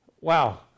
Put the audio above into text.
wow